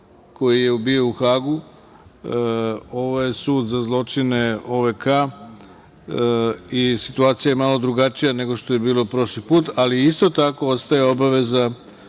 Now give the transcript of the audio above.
koji je bio u Hagu. Ovo je sud za zločine OVK i situacije malo drugačija nego što je bila prošli put. Isto tako, ostaje obaveza